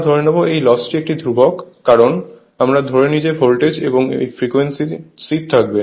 আমরা ধরে নেব এই লসটি একটি ধ্রুবক কারণ আমরা ধরে নিই যে ভোল্টেজ এবং ফ্রিকোয়েন্সি স্থির থাকবে